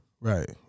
Right